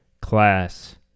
class